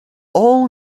all